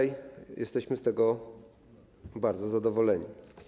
Jesteśmy z tego bardzo zadowoleni.